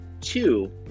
two